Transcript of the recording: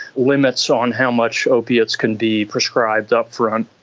limits on how much opiates can be prescribed upfront,